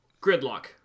Gridlock